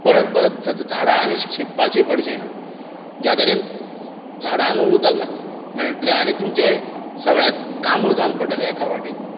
परत परत झाडां आनी शिंप्पाचीं पडचीं ना ज्या तरेन झाडांक उदक मेळट्लें आनी तुमचें सगळें कामूय जावन पडटलें एका वाटेन